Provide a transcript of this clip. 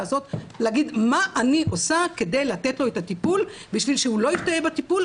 להגיד מה אני עושה כדי לתת לו את הטיפול בשביל שהוא לא ישתהה בטיפול,